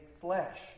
flesh